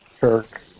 Kirk